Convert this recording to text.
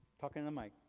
talking in the mic.